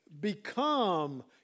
become